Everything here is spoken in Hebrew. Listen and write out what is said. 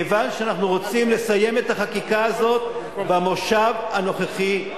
כיוון שאנחנו רוצים לסיים את החקיקה הזאת במושב הנוכחי.